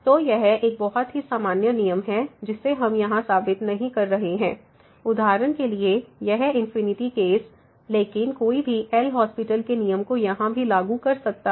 तो यह एक बहुत ही सामान्य नियम है जिसे हम यहां साबित नहीं कर रहे हैं उदाहरण के लिए यह इनफिनिटी केस लेकिन कोई भी एल हास्पिटल LHospital के नियम को यहां भी लागू कर सकता है